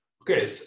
Okay